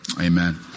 Amen